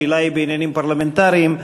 השאלה היא בעניינים פרלמנטריים,